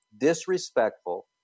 disrespectful